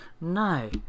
No